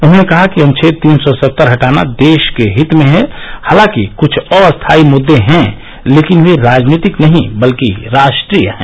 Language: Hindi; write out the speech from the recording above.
उन्होंने कहा कि अनुच्छेद तीन सौ सत्तर हटाना देश के हित में है हालांकि कुछ अस्थाई मुद्दे हैं लेकिन वे राजनीतिक नहीं बल्कि राष्ट्रीय हैं